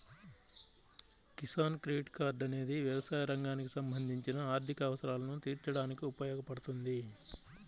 Kisan credit card అనేది వ్యవసాయ రంగానికి సంబంధించిన ఆర్థిక అవసరాలను తీర్చడానికి ఉపయోగపడుతుంది